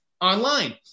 online